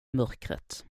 mörkret